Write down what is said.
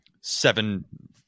seven